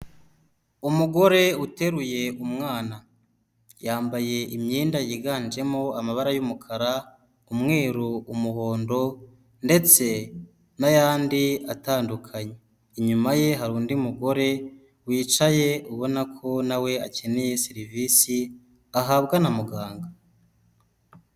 Umugore uteruye umwana, yambaye imyenda yiganjemo amabara y'umukara, umweru, umuhondo ndetse n'ayandi atandukanye, inyuma ye hari undi mugore wicaye ubona ko na we akeneye serivisi ahabwa na muganga.